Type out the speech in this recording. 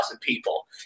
people